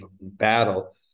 battle